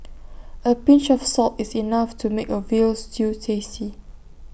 A pinch of salt is enough to make A Veal Stew tasty